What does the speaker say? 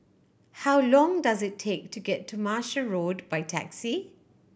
how long does it take to get to Martia Road by taxi